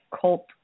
cult